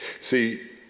See